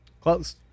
Close